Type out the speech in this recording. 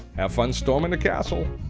have fun storming the castle.